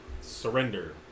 surrender